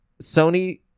Sony